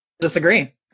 disagree